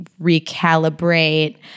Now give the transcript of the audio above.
recalibrate